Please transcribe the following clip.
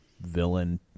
villain